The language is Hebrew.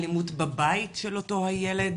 אלימות בבית של אותו הילד,